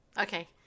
Okay